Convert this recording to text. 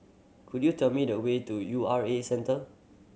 could you tell me the way to U R A Centre